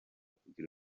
kugira